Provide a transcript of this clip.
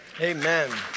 Amen